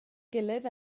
gilydd